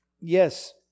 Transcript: yes